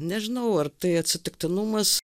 nežinau ar tai atsitiktinumas